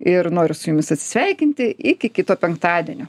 ir noriu su jumis atsisveikinti iki kito penktadienio